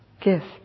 Gift